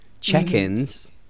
Check-ins